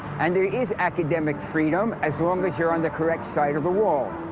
and there is academic freedom as long as you're on the correct side of the wall.